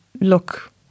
look